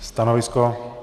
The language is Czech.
Stanovisko?